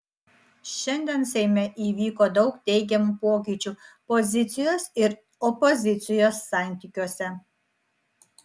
šiandien seime įvyko daug teigiamų pokyčių pozicijos ir opozicijos santykiuose